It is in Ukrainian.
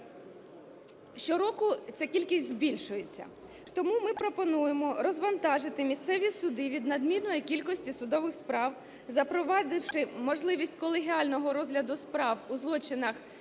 щороку ця кількість збільшується. Тому ми пропонуємо розвантажити місцеві суди від надмірної кількості судових справ, запровадивши можливість колегіального розгляду справ у злочинах,